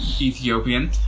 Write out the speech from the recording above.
Ethiopian